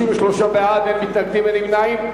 53 בעד, אין מתנגדים, אין נמנעים.